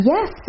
Yes